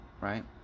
right